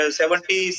seventy